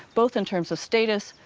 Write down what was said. both in terms of status,